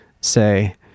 say